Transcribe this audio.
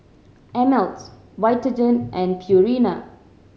Ameltz Vitagen and Purina